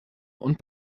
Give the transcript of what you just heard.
und